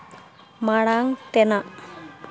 ᱢᱟᱲᱟᱝ ᱛᱮᱱᱟᱜ